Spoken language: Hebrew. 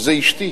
וזה אשתי,